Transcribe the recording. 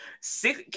six